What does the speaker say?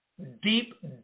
deep